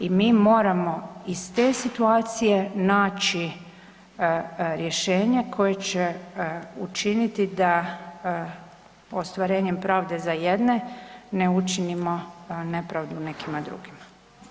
I mi moramo iz te situacije naći rješenje koje će učiniti da ostvarenjem pravde za jedne ne učinimo nepravdu nekima drugima.